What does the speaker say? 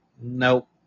nope